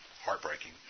heartbreaking